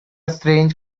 strange